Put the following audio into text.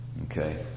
Okay